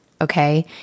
okay